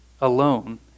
alone